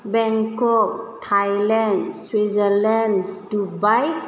Bangkok Thailand Switzerland Dubai